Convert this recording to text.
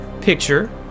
picture